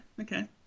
okay